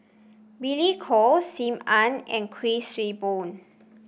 Billy Koh Sim Ann and Kuik Swee Boon